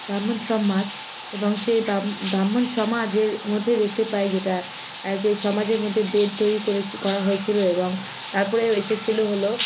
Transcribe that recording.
ব্রাহ্মণ সমাজ এবং সে ব্রাহ্মণ সমাজের মধ্যে দেখতে পাই যেটা যে সমাজের মধ্যে বেদ তৈরি করেছে করা হয়েছিলো এবং তারপরেও এসেছিলো হলো